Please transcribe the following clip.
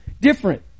different